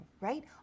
right